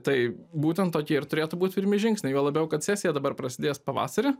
tai būtent tokie ir turėtų būt pirmi žingsniai juo labiau kad sesija dabar prasidės pavasarį